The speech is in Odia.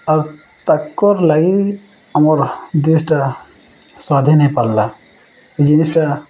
ଆର୍ ତାକର୍ ଲାଗି ଆମର୍ ଦେଶ୍ଟା ସ୍ଵାଧିନ୍ ହୋଇପାର୍ଲା ଜିନିଷ୍ଟା